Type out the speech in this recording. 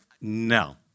No